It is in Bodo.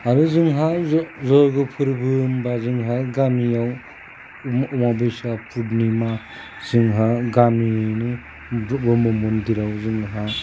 आरो जोंहा जय्ग फोरबो होनब्ला जोंहा गामियाव अमाबस्या पुर्निमा जोंहा गामिनि ब्रह्म मन्दिराव जोंहा